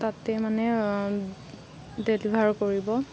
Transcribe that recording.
তাতেই মানে ডেলিভাৰ কৰিব